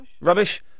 Rubbish